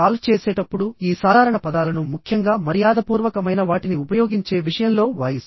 call చేసేటప్పుడు ఈ సాధారణ పదాలను ముఖ్యంగా మర్యాదపూర్వకమైన వాటిని ఉపయోగించే విషయంలో వాయిస్